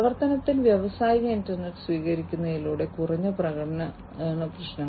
പ്രവർത്തനത്തിൽ വ്യാവസായിക ഇന്റർനെറ്റ് സ്വീകരിക്കുന്നതിലൂടെ കുറഞ്ഞ പ്രകടന പ്രശ്നങ്ങൾ